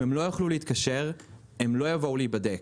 אם הם לא יוכלו להתקשר הם לא יבואו להיבדק.